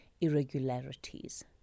irregularities